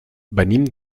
venim